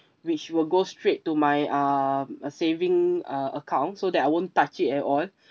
which will go straight to my uh a saving uh account so that I won't touch it at all